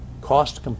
cost